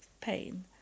pain